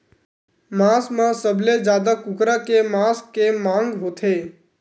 मांस म सबले जादा कुकरा के मांस के मांग होथे